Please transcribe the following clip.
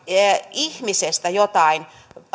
ihmisestä jotain